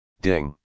Ding